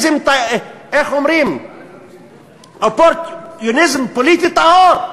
פוליטי, אופורטוניזם פוליטי טהור.